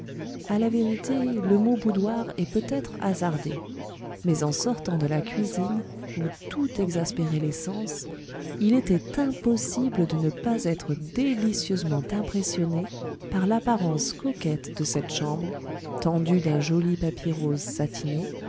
a la vérité le mot boudoir est peut-être hasardé mais en sortant de la cuisine où tout exaspérait les sens il était impossible de ne pas être délicieusement impressionné par l'apparence coquette de cette chambre tendue d'un joli papier rose satiné